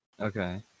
Okay